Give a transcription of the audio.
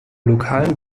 lokalen